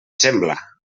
sembla